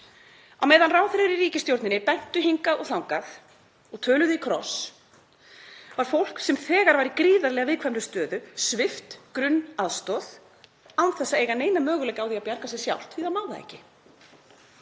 Á meðan ráðherrar í ríkisstjórninni bentu hingað og þangað og töluðu í kross var fólk sem þegar var í gríðarlega viðkvæmri stöðu svipt grunnaðstoð án þess að eiga neina möguleika á því að bjarga sér sjálft því það má það ekki.